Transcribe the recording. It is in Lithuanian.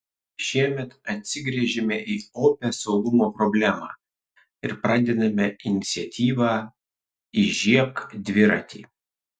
šiemet atsigręžėme į opią saugumo problemą ir pradedame iniciatyvą įžiebk dviratį